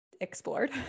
explored